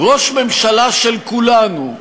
ראש הממשלה של כולנו,